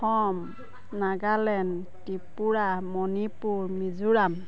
Assam Nagaland Tripura Manipur Mizoram